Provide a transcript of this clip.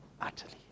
utterly